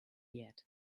yet